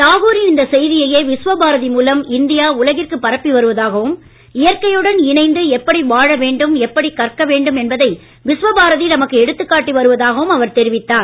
தாகூரின் இந்த செய்தியையே விஸ்வபாரதி மூலம் இந்தியா உலகிற்கு பரப்பி வருவதாகவும் இயற்கையுடன் இணைந்து எப்படி வாழ வேண்டும் எப்படி கற்க வேண்டும் என்பதை விஸ்வபாரதி நமக்கு எடுத்துக்காட்டி வருவதாகவும் அவர் தெரிவித்தார்